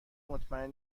مطمئن